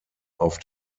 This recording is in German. auf